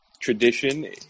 tradition